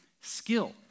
skill